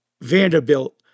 Vanderbilt